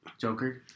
Joker